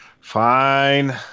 fine